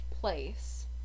place